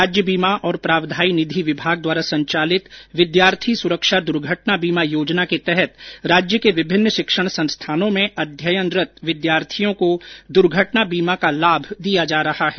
राज्य बीमा और प्रावधायी निधि विभाग द्वारा संचालित विद्यार्थी सुरक्षा द्र्घटना बीमा योजना के तहत राज्य के विभिन्न शिक्षण संस्थानों में अध्ययनरत विद्यार्थियों को दुर्घटना बीमा का लाभ दिया जा रहा है